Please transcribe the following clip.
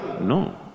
No